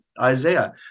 Isaiah